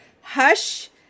Hush